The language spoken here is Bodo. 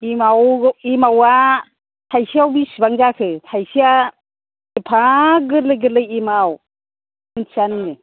एमाव एमावआ थाइसेयाव बिसिबां जाखो थाइसेया एफा गोरलै गोरलै एमाव मिन्थिया नोङो